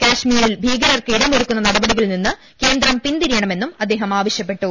കശ്മീരിൽ ഭീകരർക്ക് ഇടമൊരുക്കുന്ന നടപടി കളിൽ നിന്ന് കേന്ദ്രം പിന്തിരിയണമെന്നും അദ്ദേഹം ആവശ്യപ്പെ ട്ടു